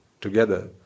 together